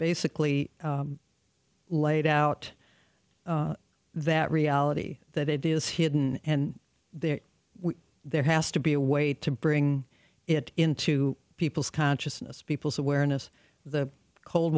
basically laid out that reality that it is hidden and there has to be a way to bring it into people's consciousness people's awareness the cold